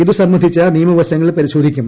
ഇതു സംബന്ധിച്ച നിയമവശങ്ങൾ പരിക്കോധിക്കും